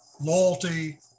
loyalty